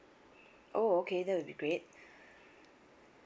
oh okay that will be great